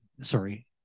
sorry